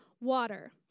water